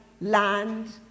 land